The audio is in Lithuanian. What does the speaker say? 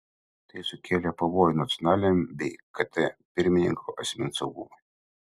tai sukėlė pavojų nacionaliniam bei kt pirmininko asmens saugumui